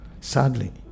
Sadly